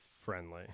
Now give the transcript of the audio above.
friendly